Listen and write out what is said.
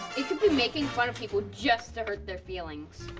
it could be making fun of people just to hurt their feelings.